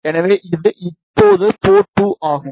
எனவே இது இப்போது போர்ட் 2 ஆகும்